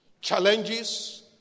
Challenges